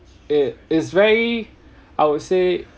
it is very I would say